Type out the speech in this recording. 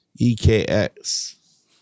EKX